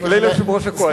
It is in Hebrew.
כולל יושב-ראש הקואליציה.